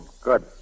Good